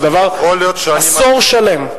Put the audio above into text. זה עשור שלם.